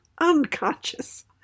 unconscious